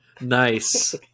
nice